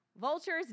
Vultures